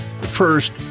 First